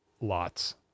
lots